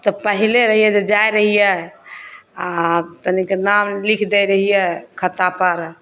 तऽ पहिले रहिए जे जाइ रहिए आओर तनिके नाम लिखि दै रहिए खातापर